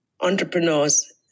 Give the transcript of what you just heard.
entrepreneurs